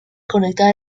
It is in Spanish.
conectar